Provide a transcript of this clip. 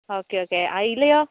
okay okay അയിലയോ